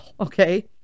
okay